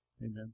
Amen